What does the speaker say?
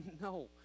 No